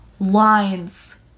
Lines